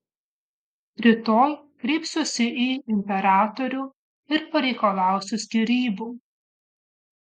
rytoj kreipsiuosi į imperatorių ir pareikalausiu skyrybų